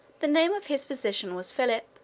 the name of his physician was philip.